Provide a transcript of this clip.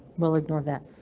we'll ignore that.